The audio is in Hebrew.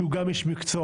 שהוא גם איש מקצוע,